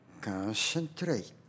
Concentrate